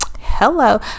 Hello